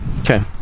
Okay